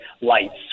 lights